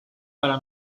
para